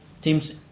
teams